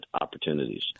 opportunities